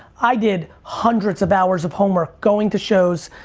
i did hundreds of hours of homework, going to shows,